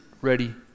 ready